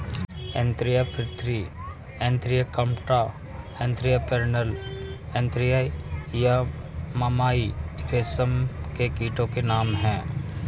Antheraea frithi Antheraea compta Antheraea pernyi Antheraea yamamai रेशम के कीटो के नाम हैं